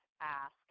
ask